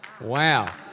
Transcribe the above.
Wow